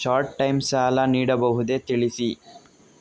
Short time ಸಾಲ ನೀಡಬಹುದೇ ತಿಳಿಸಿ?